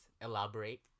elaborate